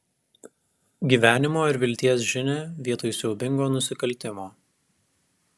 gyvenimo ir vilties žinią vietoj siaubingo nusikaltimo